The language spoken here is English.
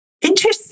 Interesting